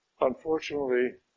Unfortunately